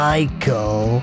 Michael